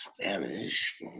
Spanish